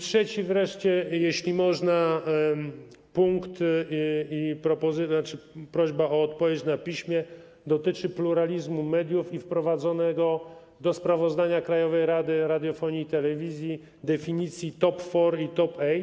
Trzeci wreszcie, jeśli można, punkt - i prośba o odpowiedź na piśmie - dotyczy pluralizmu mediów i wprowadzonej do sprawozdania Krajowej Rady Radiofonii i Telewizji definicji top four i top eight.